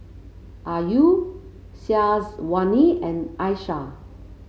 Ayu Syazwani and Aishah